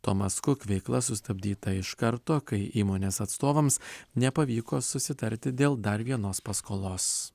tomas kuk veikla sustabdyta iš karto kai įmonės atstovams nepavyko susitarti dėl dar vienos paskolos